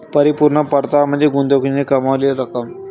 परिपूर्ण परतावा म्हणजे गुंतवणुकीने कमावलेली रक्कम